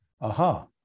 Aha